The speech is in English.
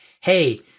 hey